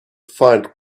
find